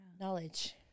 knowledge